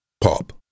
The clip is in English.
pop